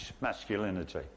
masculinity